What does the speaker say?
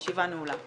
הישיבה נעולה.